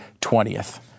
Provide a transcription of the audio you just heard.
20th